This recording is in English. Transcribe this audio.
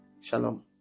Shalom